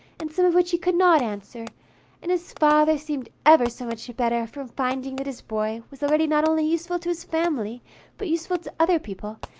and some of which he could not answer and his father seemed ever so much better from finding that his boy was already not only useful to his family but useful to other people,